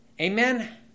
Amen